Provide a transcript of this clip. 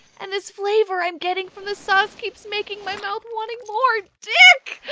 and this flavor i'm getting from the sauce keeps making my mouth wanting more dick!